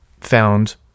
found